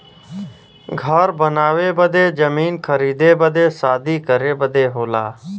घर बनावे बदे जमीन खरीदे बदे शादी करे बदे होला